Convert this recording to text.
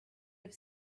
have